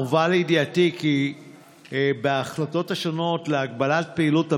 הובא לידיעתי כי בהחלטות השונות על הגבלת פעילות המשק,